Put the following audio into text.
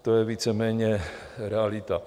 To je víceméně realita.